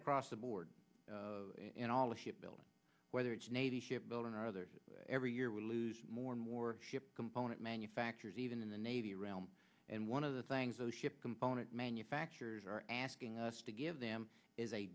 across the board in all of ship building whether it's navy ship building or other every year we lose more and more component manufacturers even in the navy realm and one of the things they'll ship component manufacturers are asking us to give them is a